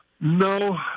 No